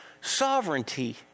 sovereignty